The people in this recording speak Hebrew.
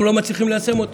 אנחנו לא מצליחים ליישם אותו